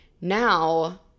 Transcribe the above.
now